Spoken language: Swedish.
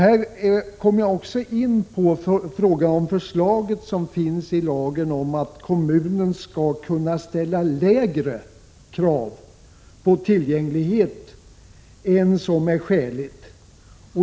Här kommer jag också in på förslaget om att kommunen skall kunna ställa lägre krav på tillgänglighet än vad som är skäligt.